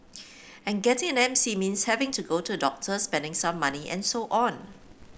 and getting an M C means having to go to the doctor spending some money and so on